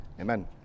Amen